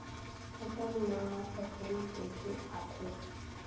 फसल मा फफूंद कइसे आथे?